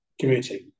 community